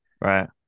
Right